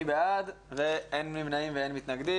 אני בעד ואין נמנעים ואין מתנגדים.